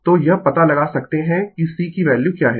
तो यह पता लगा सकते है कि C की वैल्यू क्या है